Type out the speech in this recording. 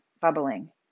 bubbling